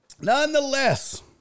Nonetheless